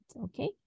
okay